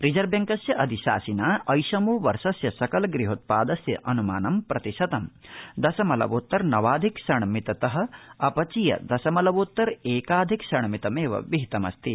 reserve बैंकस्य अधिशासिना एषमो वर्षस्य सकल गृहोत्पादस्य अनुमानं प्रतिशतं दशमलवोत्तर नवाधिक षण्मित त अपचीय दशमलवोत्तर एकाधिक षण्मितमेव विहितमस्ति